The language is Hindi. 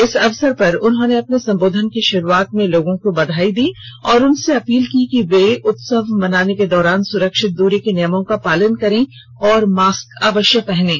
इस अवसर पर उन्होंने अपने संबोधन की शुरूआत में लोगों को बधाई दी और उनसे अपील की कि वे उत्सव मनाने के दौरान सुरक्षित दूरी के नियमों का पालन करें और मास्क पहनें